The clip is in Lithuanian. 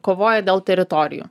kovoja dėl teritorijų